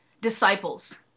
disciples